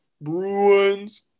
Bruins